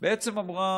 בעצם אמרה: